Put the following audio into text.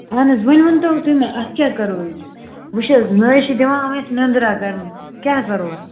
اَہن حظ وۄنۍ ؤنۍتو تُہۍ مےٚ اَتھ کیٛاہ کرو أسۍ وٕچھ حظ نہٕ حظ چھِ دِوان یِم اَسہِ نیٚنٛدرا کرنہٕ کیٛاہ کرو اَتھ